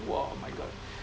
!wah! my god